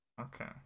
Okay